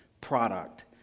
product